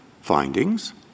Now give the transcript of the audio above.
findings